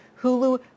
hulu